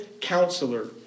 Counselor